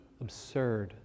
absurd